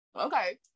Okay